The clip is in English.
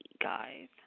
guys